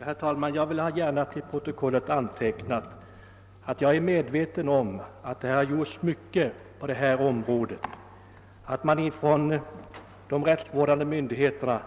Herr talman! Jag vill till protokollet få antecknat att jag är medveten om att det har gjorts mycket på det område vi nu behandlar och att de rättsvårdande myndigheterna